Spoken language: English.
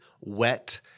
wet